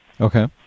Okay